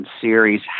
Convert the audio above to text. series